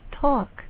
talk